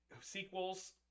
sequels